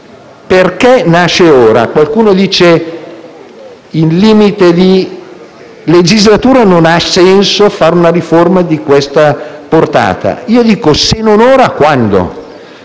Perché nasce ora? Qualcuno dice che in limite di legislatura non ha senso fare una riforma di tale portata. Io dico: se non ora, quando?